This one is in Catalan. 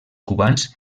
cubans